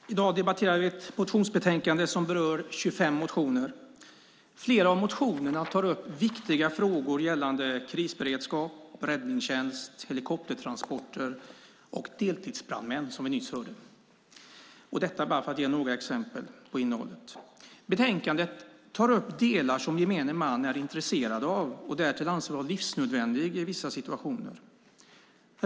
Fru talman! I dag debatterar vi ett motionsbetänkande som berör 25 motioner. Flera av motionerna tar upp viktiga frågor gällande krisberedskap, räddningstjänst, helikoptertransporter och, som vi hörde nyss, deltidsbrandmän - bara för att ge några exempel från innehållet. Betänkandet tar upp sådant som gemene man är intresserad av och därtill anser vara livsnödvändigt i vissa situationer.